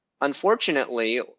Unfortunately